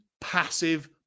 passive